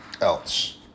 else